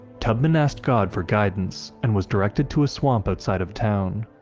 tubman asked god for guidance and was directed to a swamp outside of town.